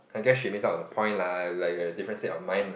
I guess she miss out on the point lah like different set of mind lah